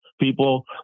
people